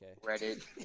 reddit